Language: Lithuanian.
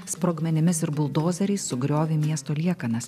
sprogmenimis ir buldozeriais sugriovė miesto liekanas